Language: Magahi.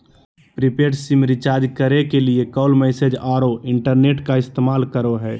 प्रीपेड सिम रिचार्ज करे के लिए कॉल, मैसेज औरो इंटरनेट का इस्तेमाल करो हइ